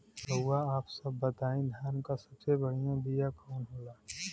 रउआ आप सब बताई धान क सबसे बढ़ियां बिया कवन होला?